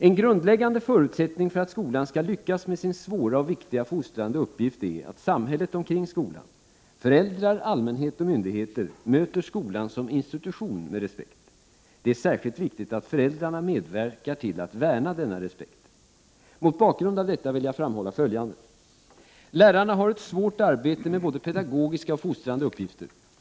En grundläggande förutsättning för att skolan skall lyckas med sin svåra och viktiga fostrande uppgift är att samhället omkring skolan — föräldrar, allmänhet och myndigheter — möter skolan som institution med respekt. Det är särskilt viktigt att föräldrarna medverkar till att värna denna respekt. Mot bakgrund av detta vill jag framhålla följande. Lärarna har ett svårt arbete med både pedagogiska och fostrande uppgifter.